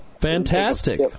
fantastic